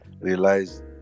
realize